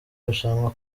rushanwa